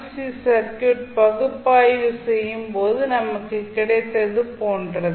C circuit பகுப்பாய்வு செய்யும் போது நமக்குக் கிடைத்தது போன்றது